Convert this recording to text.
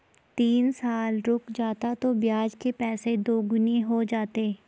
तीन साल और रुक जाता तो ब्याज के पैसे दोगुने हो जाते